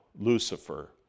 Lucifer